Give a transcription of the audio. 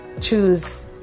choose